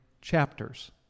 chapters